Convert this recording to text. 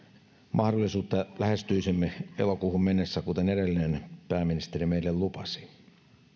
mahdollisuutta lähestyisimme elokuuhun mennessä kuten edellinen pääministeri meille lupasi